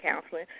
counseling